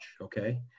okay